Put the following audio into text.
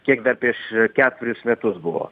kiek dar prieš ketverius metus buvo